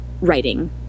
writing